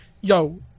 yo